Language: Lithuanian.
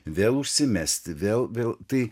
vėl užsimesti vėl vėl tai